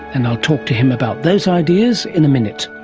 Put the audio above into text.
and i'll talk to him about those ideas in a minute.